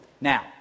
Now